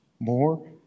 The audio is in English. More